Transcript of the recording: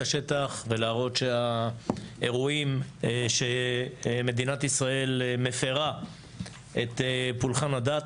השטח ולהראות שהאירועים שמדינת ישראל מפרה את פולחן הדת.